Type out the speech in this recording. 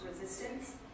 resistance